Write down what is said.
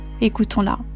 Écoutons-la